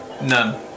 None